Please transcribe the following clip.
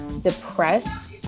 depressed